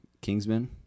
Kingsman